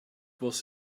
was